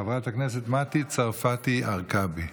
חברת הכנסת מטי צרפתי הרכבי.